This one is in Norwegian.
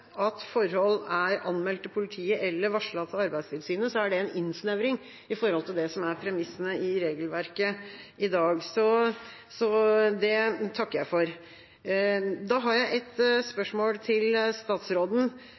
at forhold er anmeldt til politiet eller varslet til Arbeidstilsynet, er det en innsnevring i forhold til det som er premissene i regelverket i dag. Så det takker jeg for. Da har jeg et spørsmål til statsråden: